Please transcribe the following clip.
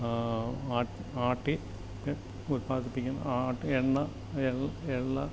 ആട്ടി ഒക്കെ ഉത്പാദിപ്പിക്കുന്ന ആട്ടിയ എണ്ണ